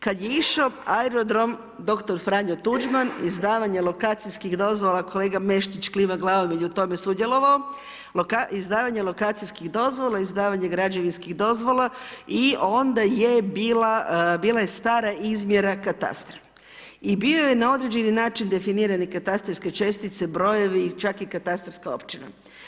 Kada je išao aerodrom dr. Franjo Tuđman izdavanje lokacijskih dozvola, kolega Meštrić klima glavom jer je u tome sudjelovao, izdavanje lokacijskih dozvola, izdavanja građevinskih dozvola i onda je bila je stara izmjera katastra i bio je na određeni način definirane i katastarske čestice, brojevi i čak i katastarska općina.